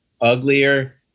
uglier